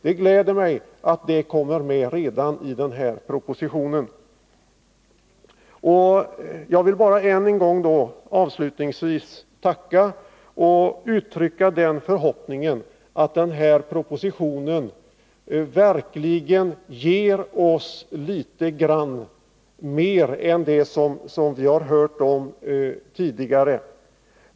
Det gläder mig att detta kommer med redan i den här propositionen. Jag vill avslutningsvis än en gång tacka för svaret och uttrycka förhoppningen att denna proposition verkligen skall ge oss litet mer än det som redovisats för oss tidigare.